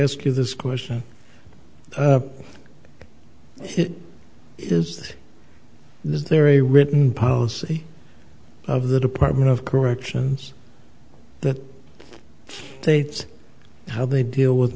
ask you this question is this is there a written policy of the department of corrections that states how they deal with